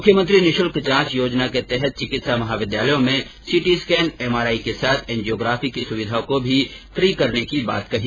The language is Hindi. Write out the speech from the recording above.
मुख्यमंत्री निशुल्क जांच योजना के तहत चिकित्सा महाविद्यालयों में सीटी स्कैन एमआरआई के साथ एंजियोग्राफी की सुविधा को भी फी करने की बात कही